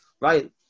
Right